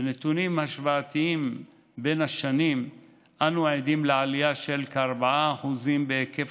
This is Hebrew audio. מנתונים השוואתיים בין השנים אנו עדים לעלייה של כ-4% בהיקף